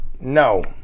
no